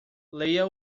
leia